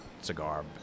cigar